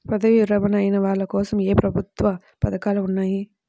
పదవీ విరమణ అయిన వాళ్లకోసం ఏ ప్రభుత్వ పథకాలు ఉన్నాయి?